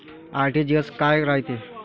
RTGS काय रायते?